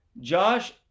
josh